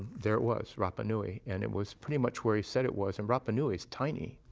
there it was, rapa nui. and it was pretty much where he said it was. and rapa nui is tiny.